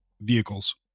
vehicles